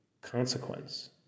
consequence